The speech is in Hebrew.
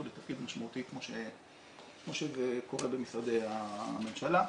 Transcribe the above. לתפקיד משמעותי כמו שזה קורה במשרדי הממשלה.